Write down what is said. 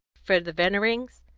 for the veneerings.